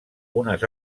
unes